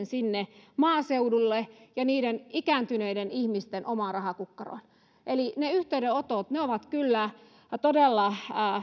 sinne maaseudulle ja niiden ikääntyneiden ihmisten omaan rahakukkaroon ne yhteydenotot ovat kyllä todella